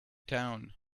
town